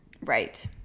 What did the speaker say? Right